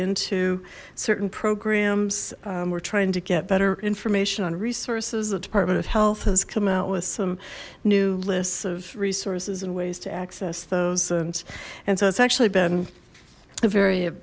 into certain programs we're trying to get better information on resources the department of health has come out with some new lists of resources and ways to access those and and so it's actually been a very